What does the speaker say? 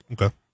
okay